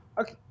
okay